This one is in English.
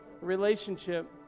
relationship